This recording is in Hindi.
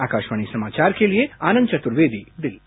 आकाशवाणी समाचार के लिए आनंद चतुर्वेदी दिल्ली